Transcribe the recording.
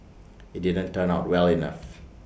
IT didn't turn out well enough